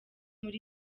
muri